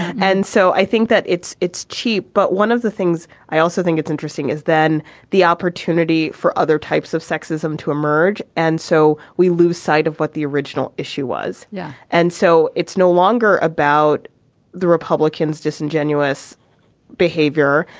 and so i think that it's it's cheap. but one of the things i also think it's interesting is then the opportunity for other types of sexism to emerge. and so we lose sight of what the original issue was. yeah and so it's no longer about the republicans disingenuous behavior.